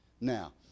Now